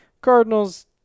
Cardinals